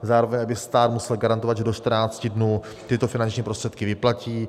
Zároveň, aby stát musel garantovat, že do 14 dnů tyto finanční prostředky vyplatí.